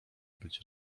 być